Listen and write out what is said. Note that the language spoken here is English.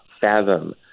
fathom